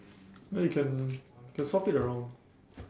no you can you can swap it around